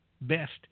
best –